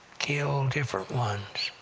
killed different ones!